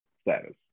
status